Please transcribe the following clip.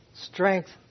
Strength